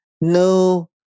no